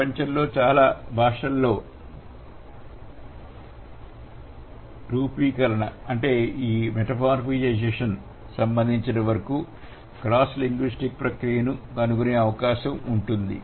ప్రపంచంలోని చాలా భాషల్లోరూపకీకరణ సంబంధించినంత వరకు ఈ క్రాస్ లింగ్విస్టిక్ ప్రక్రియను కనుగొనే అవకాశం ఉంది